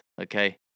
okay